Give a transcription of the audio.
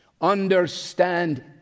Understand